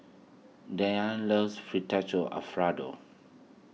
Dyllan loves Alfredo